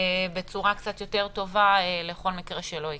בצורה קצת יותר טובה לכל מקרה שלא יקרה.